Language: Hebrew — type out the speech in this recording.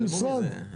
במשרד,